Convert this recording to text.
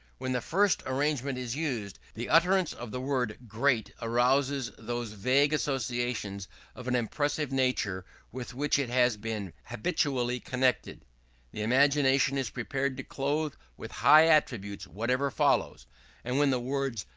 when the first arrangement is used, the utterance of the word great arouses those vague associations of an impressive nature with which it has been habitually connected the imagination is prepared to clothe with high attributes whatever follows and when the words,